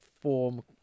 form